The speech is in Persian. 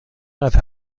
قدر